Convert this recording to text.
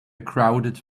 crowded